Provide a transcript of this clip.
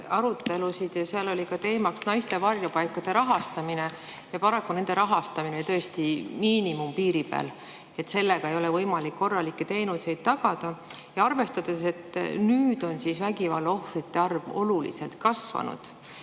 arutelusid ja seal oli ka teemaks naiste varjupaikade rahastamine. Paraku on nende rahastamine tõesti miinimumpiiri peal, sellega ei ole võimalik korralikke teenuseid tagada. Arvestades, et nüüd on vägivallaohvrite arv oluliselt kasvanud,